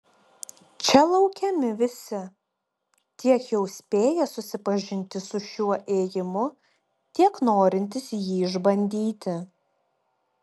čia laukiami visi tiek jau spėję susipažinti su šiuo ėjimu tiek norintys jį išbandyti